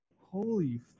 Holy